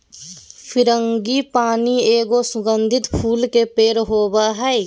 frangipani एगो सुगंधित फूल के पेड़ होबा हइ